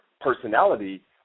personality